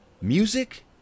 Music